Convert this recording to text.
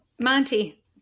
Monty